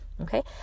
Okay